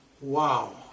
Wow